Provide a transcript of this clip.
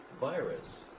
virus